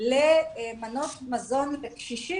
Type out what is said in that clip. למנות מזון לקשישים,